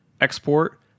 export